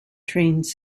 trains